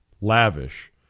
lavish